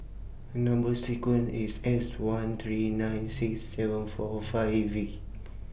Number sequence IS S one three nine six seven four five V